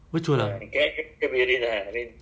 oh !wah! cool ah